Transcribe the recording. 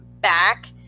back